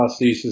prosthesis